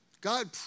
God